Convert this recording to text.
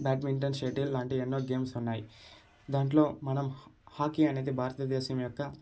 badminton shuttle లాంటి ఎన్నో games ఉన్నాయి దాంట్లో మనం హాకీ అనేది భారతదేశం యొక్క